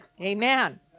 amen